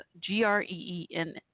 G-R-E-E-N